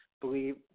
believe